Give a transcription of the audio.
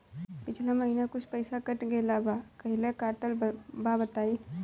पिछला महीना कुछ पइसा कट गेल बा कहेला कटल बा बताईं?